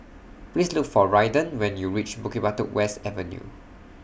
Please Look For Raiden when YOU REACH Bukit Batok West Avenue